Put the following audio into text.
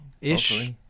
ish